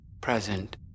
present